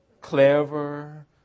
clever